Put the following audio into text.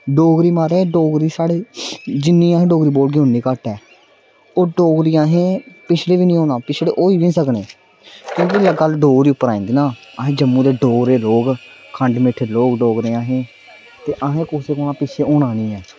डोगरी म्हाराज डोगरी साढ़ी जिन्नी अस डोगरी बोलगे उन्नी घट्ट ऐ ते डोगरी असें पिच्छड़े निं होना पिच्छड़े होना बी नेईं क्योंकि जेल्लै गल्ल डोगरी पर आई जंदी ना अस जम्मू दे डोगरे लोग खंड मिट्ठे लोक डोगरे आं अस ते असें कुसै दाहें पिच्छें होना निं ऐ